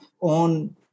on